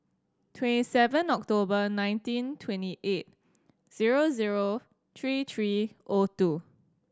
twenty seven October nineteen twenty eight zero zero three three O two